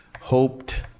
Hoped